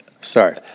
Sorry